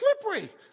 slippery